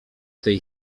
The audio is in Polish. tej